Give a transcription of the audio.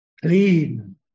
clean